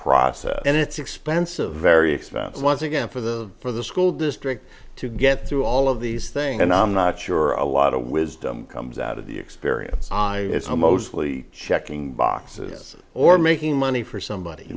process and it's expensive very expensive once again for the for the school district to get through all of these thing and i'm not sure a lot of wisdom comes out of the experience i it's all mostly checking boxes or making money for somebody